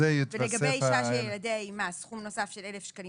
ולגבי אשה שילדיה עמה - סכום נוסף של אלף שקלים